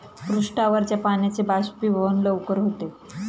पृष्ठावरच्या पाण्याचे बाष्पीभवन लवकर होते